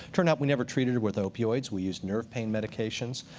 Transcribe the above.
turned out we never treated her with opioids. we used nerve pain medications.